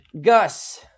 Gus